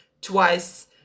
twice